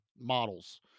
models